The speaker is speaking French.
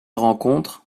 rencontre